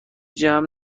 جمع